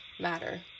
matter